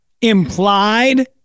implied